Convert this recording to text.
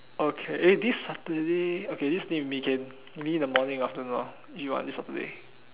okay eh this Saturday okay this week maybe can maybe in morning or afternoon ah if you want this Saturday